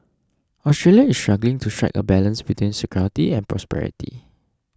Australia is struggling to strike a balance between security and prosperity